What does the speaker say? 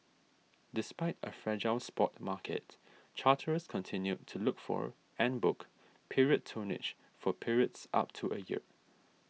despite a fragile spot market charterers continued to look for and book period tonnage for periods up to a year